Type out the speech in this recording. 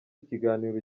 ikiganiro